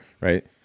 right